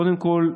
קודם כול,